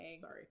Sorry